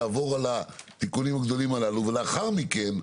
לעבור על התיקונים הגדולים הללו ולאחר מכן,